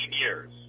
years